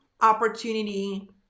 opportunity